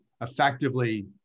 effectively